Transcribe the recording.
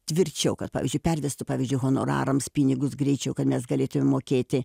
tvirčiau kad pavyzdžiui pervestų pavyzdžiui honorarams pinigus greičiau kad mes galėtumėm mokėti